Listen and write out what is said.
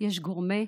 יש גורמי